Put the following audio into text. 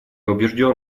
убежден